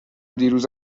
دیروز